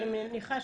בבקשה,